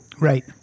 Right